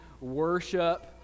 worship